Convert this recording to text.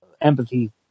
empathy